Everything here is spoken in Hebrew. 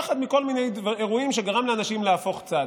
פחד מכל מיני אירועים גרם לאנשים להפוך צד.